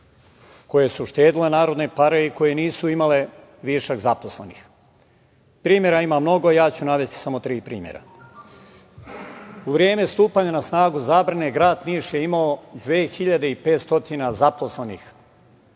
koje su štedele narodne pare i koje nisu imale višak zaposlenih. Primera ima mnogo i ja ću navesti samo tri primera. U vreme stupanja na snagu zabrane grad Niš je imao 2.500 zaposlenih